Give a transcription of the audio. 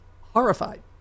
horrified